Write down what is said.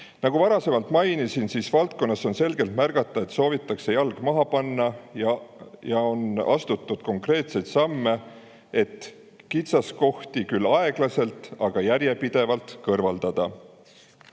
Nagu varem mainisin, valdkonnas on selgelt märgata, et soovitakse jalg maha panna, ja on astutud konkreetseid samme, et kitsaskohti küll aeglaselt, aga järjepidevalt kõrvaldada.